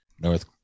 north